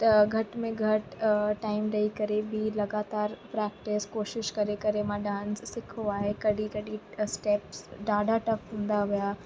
त घटि में घटि टाइम ॾेई करे बि लॻातारि प्रेक्टिस कोशिशि करे करे मां डांस सिखो आहे कॾहिं कॾहिं स्टेप्स ॾाढा टफ हूंदा विया